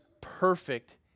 perfect